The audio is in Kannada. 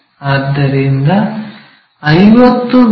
ಆದ್ದರಿಂದ 50 ಮಿ